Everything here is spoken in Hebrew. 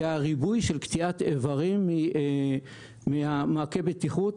שריבוי של קטיעת איברים ממעקה בטיחות